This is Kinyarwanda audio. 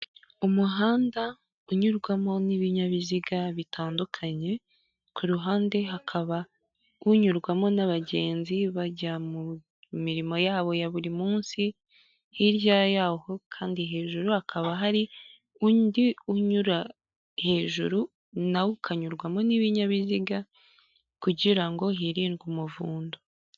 Umuhanda unyurwamo n'ibinyabiziga bitandukanye ku ruhande hakaba unyurwamo n'abagenzi bajya mu mirimo yabo ya buri munsi. Hirya yaho kandi hejuru hakaba hari undi unyura hejuru nawo ukanyurwamo n'ibinyabiziga kugira ngo hirindwe umuvundo.